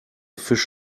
fish